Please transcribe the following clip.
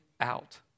out